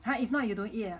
!huh! if not you don't eat ah